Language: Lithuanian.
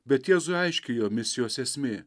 bet jėzui aiški jo misijos esmė